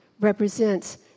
represents